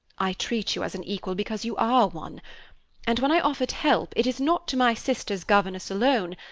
i treat you as an equal because you are one and when i offered help, it is not to my sister's governess alone,